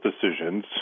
decisions